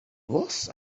was